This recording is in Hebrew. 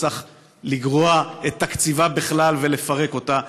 וצריך לגרוע את תקציבה בכלל ולפרק אותה.